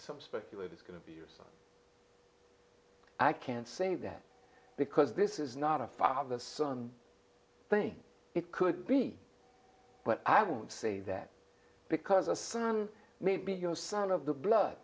some speculate it's going to be i can't say that because this is not a father son thing it could be but i won't say that because a son maybe your son of the blood